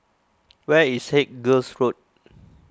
where is Haig Girls' School